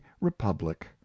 republic